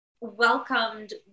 welcomed